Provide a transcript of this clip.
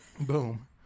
Boom